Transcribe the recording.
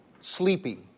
sleepy